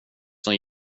som